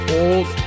old